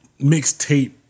mixtape